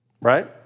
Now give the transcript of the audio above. right